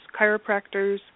chiropractors